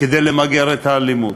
כדי למגר את האלימות.